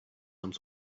some